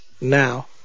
now